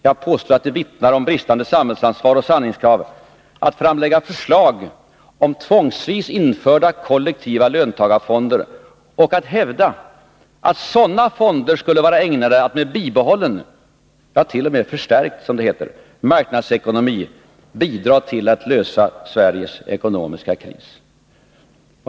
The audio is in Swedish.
Jag påstår att det vittnar om bristande samhällsansvar och sanningskrav att framlägga förslag om tvångsvis införda kollektiva löntagarfonder och att hävda att sådana fonder skulle vara ägnade att med bibehållen — ja, t.o.m. förstärkt, som det heter — marknadsekonomi bidra till att klara Sveriges ekonomiska kris.